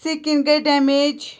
skin گٔے damage